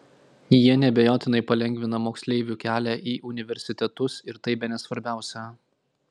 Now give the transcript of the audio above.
jie neabejotinai palengvina moksleivių kelią į universitetus ir tai bene svarbiausia